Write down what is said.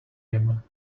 him